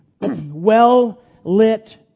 well-lit